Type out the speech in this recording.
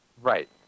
Right